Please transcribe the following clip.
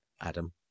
Adam